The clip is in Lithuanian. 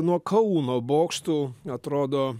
nuo kauno bokštų atrodo